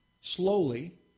Slowly